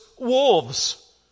wolves